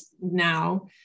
now